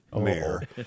Mayor